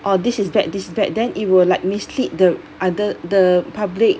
orh this is bad this is bad then it will like mislead the other the public